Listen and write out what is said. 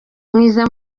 mwize